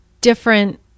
different